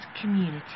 community